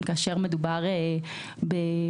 כאשר מדובר בהפרות,